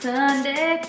Sunday